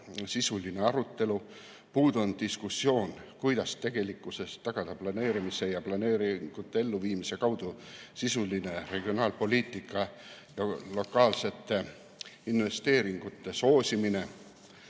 sisuline arutelu. Puudu on diskussioon, kuidas tegelikkuses tagada planeerimise ja planeeringute elluviimise kaudu sisuline regionaalpoliitika ja lokaalsete investeeringute soosimine.